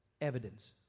evidence